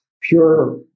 pure